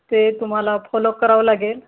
ते तुम्हाला फॉलो करावं लागेल